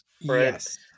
Yes